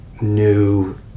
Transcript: new